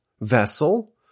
vessel